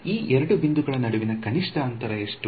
ಈ ಎರಡು ಬಿಂದುಗಳ ನಡುವಿನ ಕನಿಷ್ಠ ಅಂತರ ಎಷ್ಟು